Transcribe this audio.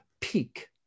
peak